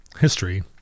history